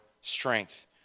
strength